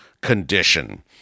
condition